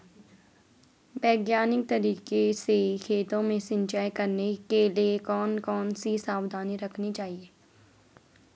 वैज्ञानिक तरीके से खेतों में सिंचाई करने के लिए कौन कौन सी सावधानी रखनी चाहिए?